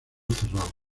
cerrada